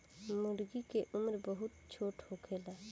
मूर्गी के उम्र बहुत छोट होखेला